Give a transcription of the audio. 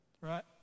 right